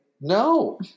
No